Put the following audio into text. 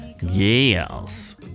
Yes